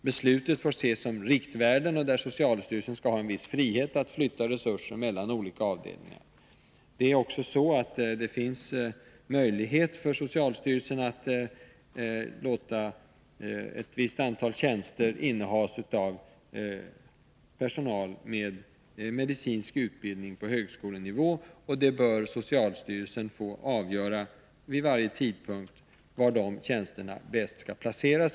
Besluten får ses som riktvärden — socialstyrelsen skall ha en viss frihet att flytta resurser mellan olika avdelningar. Det har också skapats möjlighet för socialstyrelsen att låta ett visst antal tjänster innehas av personal med medicinsk utbildning på högskolenivå. Var de tjänsterna bäst kan placeras bör få avgöras av socialstyrelsen vid varje tidpunkt.